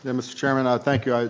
and mr. chairman, ah thank you.